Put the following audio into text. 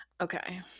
Okay